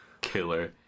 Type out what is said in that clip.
Killer